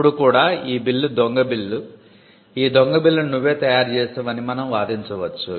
అప్పుడు కూడా ఈ బిల్ దొంగ బిల్ ఈ దొంగ బిల్ ను నువ్వే తయారు చేసావ్ అని మనం వాదించవచ్చు